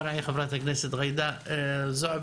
חברת הכנסת זועבי,